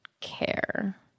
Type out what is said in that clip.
care